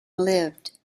lived